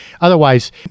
otherwise